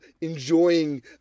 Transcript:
enjoying